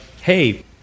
hey